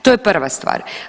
To je prva stvar.